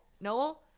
Noel